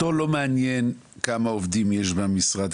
לא מעניין אותו כמה עובדים יש במשרד,